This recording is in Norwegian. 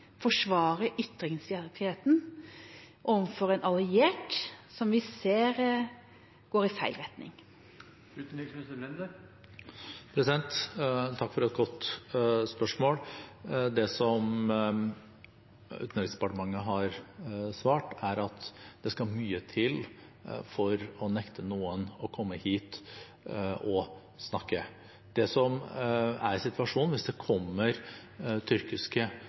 forsvare ytringsfriheten overfor en alliert som vi ser går i feil retning? Takk for et godt spørsmål. Det som Utenriksdepartementet har svart, er at det skal mye til for å nekte noen å komme hit og snakke. Det som er situasjonen hvis det kommer tyrkiske